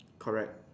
correct